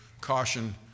caution